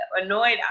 annoyed